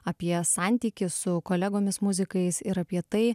apie santykį su kolegomis muzikais ir apie tai